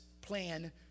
plan